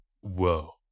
Whoa